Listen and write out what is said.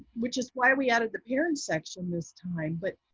which is why we added the parent section this time. but